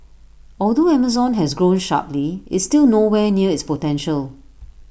although Amazon has grown sharply IT is still nowhere near its potential